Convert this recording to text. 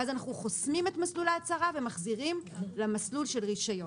ואז אנחנו חוסמים את מסלול ההצהרה ומחזירים למסלול של רישיון.